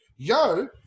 Yo